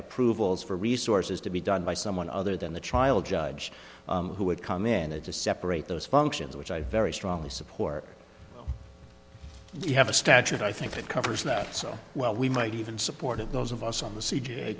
approvals for resources to be done by someone other than the trial judge who would come in and to separate those functions which i very strongly support you have a statute i think that covers that so well we might even supported those of us on the c